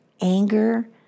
Anger